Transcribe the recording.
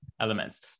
elements